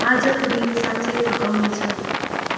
आजको दिन साँच्चै थकाउनेछ